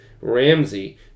Ramsey